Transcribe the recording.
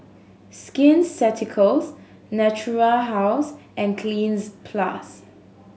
Skin Ceuticals Natura House and Cleanz Plus